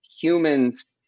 humans